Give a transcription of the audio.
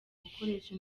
gukoresha